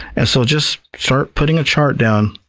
ah so just start putting a chart down,